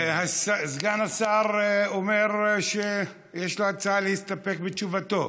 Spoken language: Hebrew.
סגן השר אומר להסתפק בתשובתו.